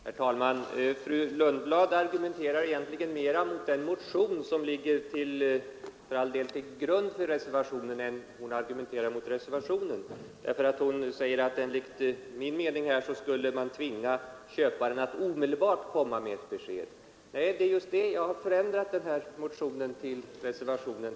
Herr talman! Fru Lundblad argumenterar egentligen mer mot motionen, som för all del ligger till grund för reservationen 1, än mot reservationen. Hon säger att man, om man följer mitt förslag, skulle tvinga köparen att omedelbart ge ett besked. Nej, jag har förändrat skrivningen i reservationen.